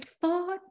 thought